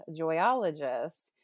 joyologist